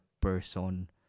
person